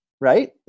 right